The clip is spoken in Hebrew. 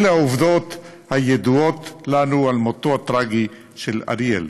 אלה העובדות הידועות לנו על מותו הטרגי של אריאל.